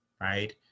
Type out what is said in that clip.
right